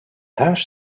hash